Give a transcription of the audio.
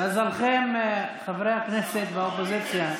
מזלכם, חברי הכנסת באופוזיציה,